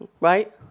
right